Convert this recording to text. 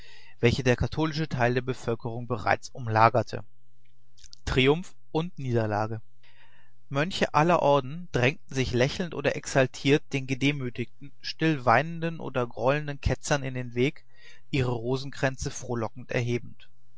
welche der katholische teil der bevölkerung bereits umlagerte triumph und niederlage mönche aller orden drängten sich hohnlächelnd oder drohend den gedemütigten still weinenden oder grollenden ketzern in den weg ihre rosenkränze frohlockend erhebend